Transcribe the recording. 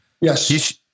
Yes